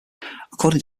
according